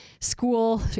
school